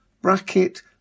bracket